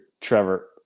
Trevor